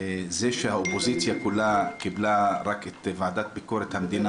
זה שהאופוזיציה כולה קיבלה רק את ועדת ביקורת המדינה,